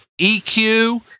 EQ